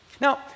Now